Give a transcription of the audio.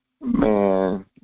man